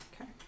Okay